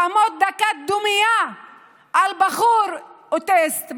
לעמוד דקה דומייה על בחור אוטיסט,